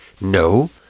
No